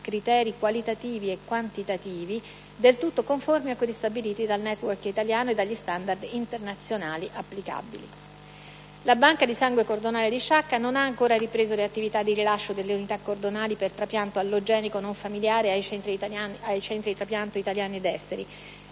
criteri qualitativi e quantitativi del tutto conformi a quelli stabiliti dal *network* italiano e dagli *standard* internazionali applicabili. La Banca di sangue cordonale di Sciacca non ha ancora ripreso le attività di rilascio delle unità cordonali per trapianto allogenico non familiare ai centri trapianto italiani ed esteri;